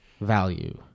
value